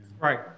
Right